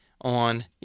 on